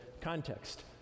context